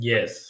Yes